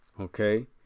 Okay